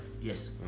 Yes